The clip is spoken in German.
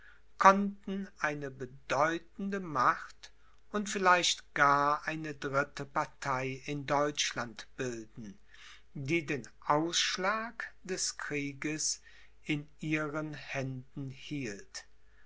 konnten eine bedeutende macht und vielleicht gar eine dritte partei in deutschland bilden die den ausschlag des krieges in ihren händen hielt